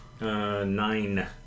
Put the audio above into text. Nine